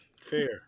fair